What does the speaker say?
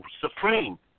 supreme